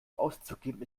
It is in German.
auszugeben